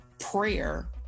prayer